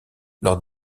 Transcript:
lors